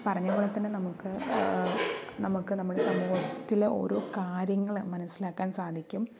പറഞ്ഞതുപോലെ തന്നെ നമുക്ക് നമുക്ക് നമ്മുടെ സമൂഹത്തിലെ ഓരോ കാര്യങ്ങള് മനസ്സിലാക്കാൻ സാധിക്കും